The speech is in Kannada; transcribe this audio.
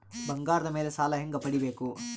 ಬಂಗಾರದ ಮೇಲೆ ಸಾಲ ಹೆಂಗ ಪಡಿಬೇಕು?